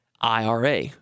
IRA